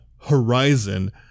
Horizon